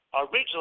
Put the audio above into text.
originally